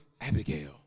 Abigail